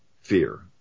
fear